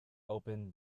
opened